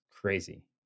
Crazy